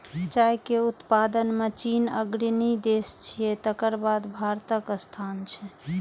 चाय के उत्पादन मे चीन अग्रणी देश छियै, तकर बाद भारतक स्थान छै